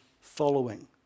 following